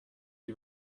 die